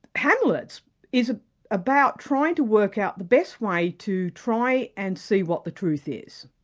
hamlet is ah about trying to work out the best way to try and see what the truth is.